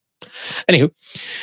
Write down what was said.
Anywho